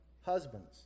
husbands